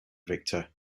victor